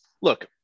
look